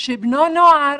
שבני הנוער,